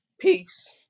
peace